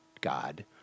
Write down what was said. God